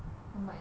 home my ending